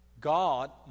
God